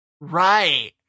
Right